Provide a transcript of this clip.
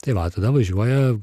tai va tada važiuoja